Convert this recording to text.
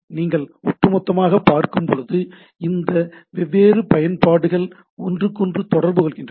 நீங்கள் ஒட்டுமொத்தமாக பார்க்கும்போது இந்த வெவ்வேறு பயன்பாடுகள் ஒன்றுக்கொன்று தொடர்பு கொள்கின்றன